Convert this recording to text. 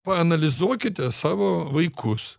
paanalizuokite savo vaikus